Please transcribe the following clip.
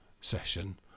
session